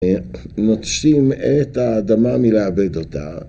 נוטשים את האדמה מלעבד אותה